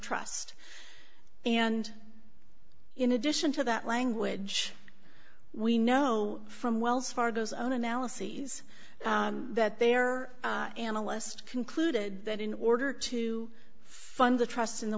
trust and in addition to that language we know from wells fargo's own analyses that there analyst concluded that in order to fund the trust in the